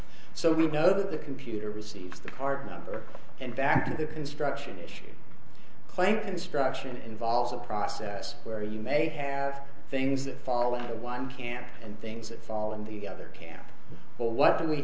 so we know that the computer receives the card number and back to the construction issue playing construction involves a process where you may have things that fall into one camp and things that fall in the other camp but what do we